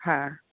હા